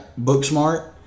Booksmart